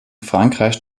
frankreich